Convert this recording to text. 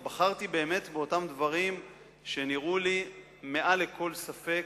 אני בחרתי באמת בדברים שנראו לי מעל לכל ספק,